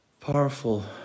powerful